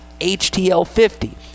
HTL50